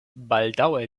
baldaŭe